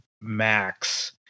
max